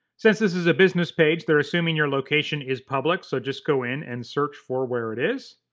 since this is a business page, they're assuming your location is public, so just go in and search for where it is.